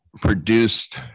produced